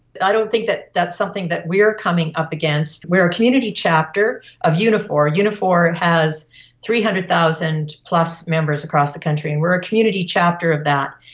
i don't think that that's something that we are coming up against. we are a community chapter of unifor. unifor has three hundred thousand plus members across the country and we are a community chapter of that.